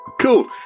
Cool